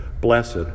Blessed